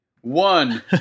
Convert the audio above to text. One